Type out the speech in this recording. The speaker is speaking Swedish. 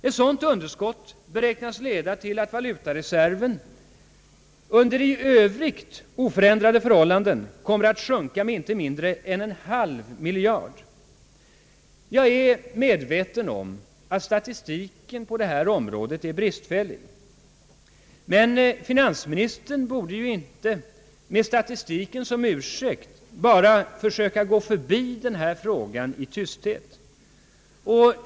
Ett sådant underskott beräknas leda till att valutareserven under i övrigt oförändrade förhållanden kommer att sjunka med inte mindre än en halv miljard kronor. Jag är medveten om att statistiken på detta område är bristfällig, men finansministern borde inte med statistiken som ursäkt bara söka gå förbi denna fråga i tysthet.